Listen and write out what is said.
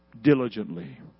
diligently